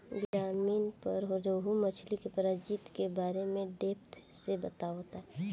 बीज़टीवी पर रोहु मछली के प्रजाति के बारे में डेप्थ से बतावता